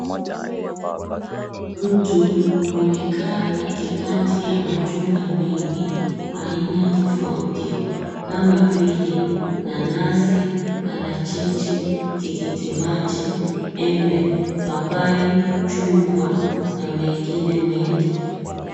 Mtu amekaa katikati ya matunda mengi aina tofauti kama vile nanasi, parachichi, tikiti maji, embe, papai, chungwa na mengine mengi.